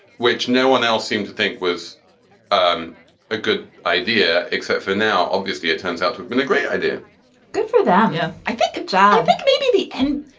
which no one else seemed to think was um a good idea, except for now. obviously, it turns out to have been a great idea good for them. yeah i think jarvik, maybe the and